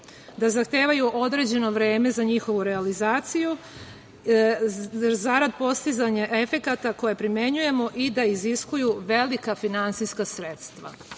da zahtevaju određeno vreme za njihovu realizaciju zarad postizanja efekata koji primenjujemo i da iziskuju velika finansijska sredstva. Mi